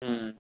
হুম